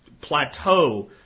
plateau